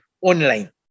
online